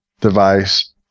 device